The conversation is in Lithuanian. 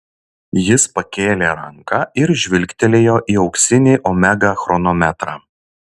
jis pakėlė ranką ir žvilgtelėjo į auksinį omega chronometrą